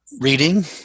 reading